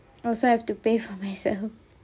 oh so have to pay for myself